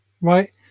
Right